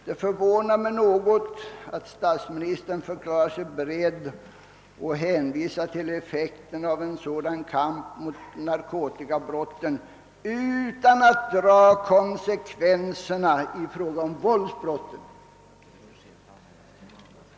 Det förvånar mig något att statsministern hänvisar till effekten av kampen mot narkotikabrotten utan att dra konsekvenserna i fråga om våldsbrotten.